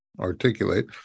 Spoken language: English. articulate